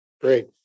Great